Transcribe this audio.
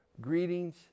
Greetings